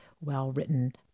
well-written